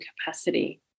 capacity